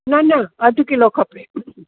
न न अधु किलो खपे